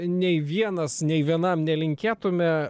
nei vienas nei vienam nelinkėtume